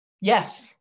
Yes